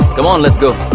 come on, let's go.